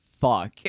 fuck